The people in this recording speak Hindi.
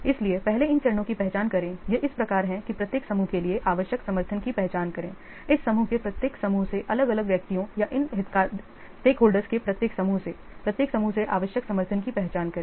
इसलिए पहले इन चरणों की पहचान करें यह इस प्रकार है कि प्रत्येक समूह के लिए आवश्यक समर्थन की पहचान करें इस समूह के प्रत्येक समूह से अलग अलग व्यक्तियों या इन स्टेकहोल्डर्स के प्रत्येक समूह से प्रत्येक समूह से आवश्यक समर्थन की पहचान करें